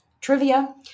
trivia